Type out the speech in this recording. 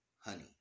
honey